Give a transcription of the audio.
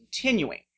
continuing